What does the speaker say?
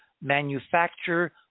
manufacture